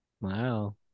wow